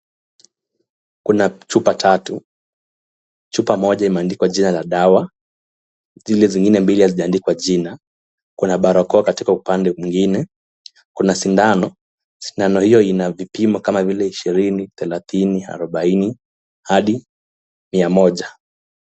Kuna chupa tatu , chupa moja imeandikwa jina la dawa, zile zingine mbili hazijaandikwa jina. Kuna barakoa katika upande mwingine, kuna sindano , sindano hiyo ina vipimo kama vile ishirini, thelathini arubaini hadi mia moja.